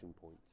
point